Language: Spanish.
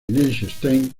liechtenstein